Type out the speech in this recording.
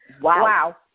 Wow